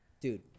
Dude